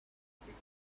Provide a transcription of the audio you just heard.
pechino